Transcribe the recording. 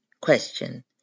Question